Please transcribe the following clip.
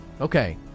Okay